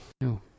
No